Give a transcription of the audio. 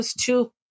two